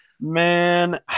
man